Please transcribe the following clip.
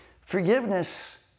Forgiveness